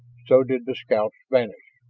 so did the scouts vanish.